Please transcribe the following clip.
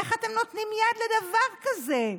איך אתם נותנים יד לדבר כזה?